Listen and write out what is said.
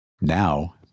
Now